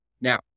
Now